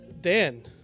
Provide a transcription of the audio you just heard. Dan